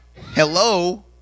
Hello